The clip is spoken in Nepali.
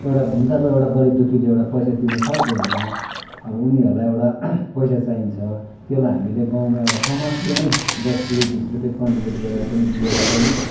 एउटा हुन त अब एउटा गरिबदुःखीले एउटा पैसा तिर्न सक्दैन अब उनीहरूलाई एउटा पैसा चाहिन्छ त्यसलाई हामीले गाउँमा एउटा समाजले नै दस रुपियाँ बिस रुपियाँ कन्ट्रिब्युट गरेर पनि दिएर पनि